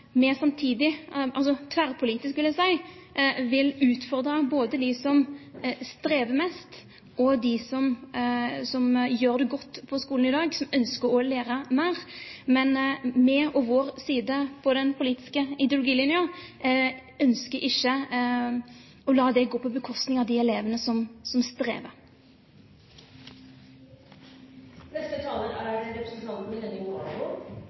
vi samtidig – tverrpolitisk, vil jeg si – vil utfordre både de som strever mest, og de som gjør det godt på skolen i dag, som ønsker å lære mer, men at vi, vår side av den politiske ideologilinjen, ikke ønsker å la det gå på bekostning av de elevene som strever. Å satse på kunnskap er en strategi som